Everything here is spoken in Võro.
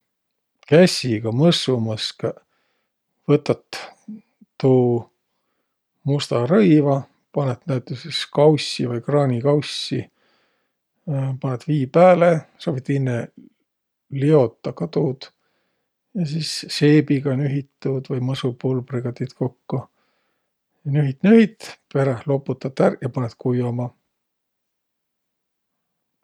Käsiga mõssu mõskõq? Võtat tuu musta rõiva, panõt näütüses kaussi vai kraanikaussi, panõt vii pääle, sa võit inne liotaq ka tuud, ja sis seebiga nühit tuud vai mõsupulbriga tiit kokko. Nühit, nühit, peräh loputat ärq ja panõt kuioma.